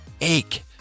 ache